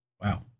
Wow